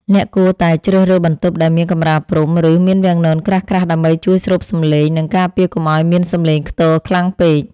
អ្នកគួរតែជ្រើសរើសបន្ទប់ដែលមានកម្រាលព្រំ ឬមានវាំងននក្រាស់ៗដើម្បីជួយស្រូបសំឡេង និងការពារកុំឱ្យមានសំឡេងខ្ទរខ្លាំងពេក។